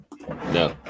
No